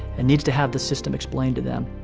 and needs to have the system explained to them.